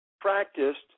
practiced